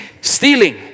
stealing